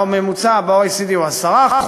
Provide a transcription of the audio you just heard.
הממוצע ב-OECD הוא 10%,